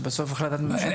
שבסוף החלטת ממשלה,